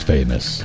Famous